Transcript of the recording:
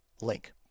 link